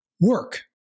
work